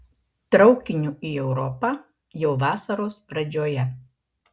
traukiniu į europą jau vasaros pradžioje